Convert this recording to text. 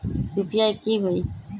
UPI की होई?